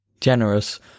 generous